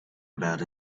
about